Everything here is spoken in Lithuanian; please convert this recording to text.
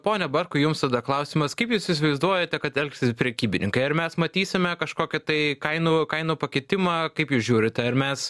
pone bartkau jums tada klausimas kaip jūs įsivaizduojate kad elgsis prekybininkai ar mes matysime kažkokį tai kainų kainų pakitimą kaip jūs žiūrite ar mes